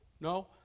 No